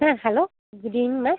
ah hello good evening ma'am